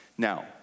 Now